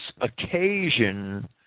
occasion